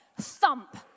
thump